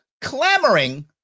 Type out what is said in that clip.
clamoring